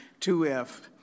2F